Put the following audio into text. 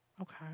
Okay